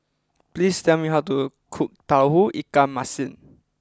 please tell me how to cook Tauge Ikan Masin